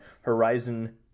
Horizon